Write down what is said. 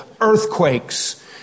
earthquakes